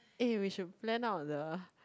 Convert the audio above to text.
eh we should plan out the